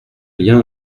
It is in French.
lien